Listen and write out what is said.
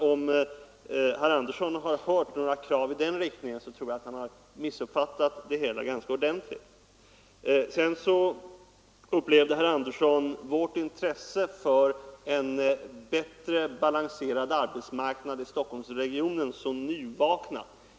Om herr Andersson har hört några krav i den riktningen tror jag att han har missuppfattat det hela ordentligt. Herr Andersson upplevde vårt intresse för en bättre balanserad arbetsmarknad i Stockholmsregionen som nyvaknat.